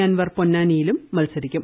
അൻവർ പൊന്നാനിയിലും മത്സരിക്കും